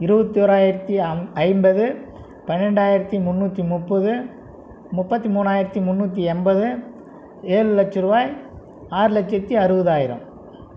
இருபத்தியோராயிரத்தி அம் ஐம்பது பன்னெண்டாயிரத்து முன்னூற்றி முப்பது முப்பத்தி மூணாயிரத்து முன்னூற்றி ஐம்பது ஏழு லட்சரூவாய் ஆறு லட்சத்து அறுபதாயிரம்